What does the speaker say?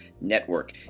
Network